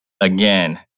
again